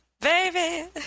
baby